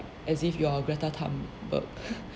as if you are Greta-Thunberg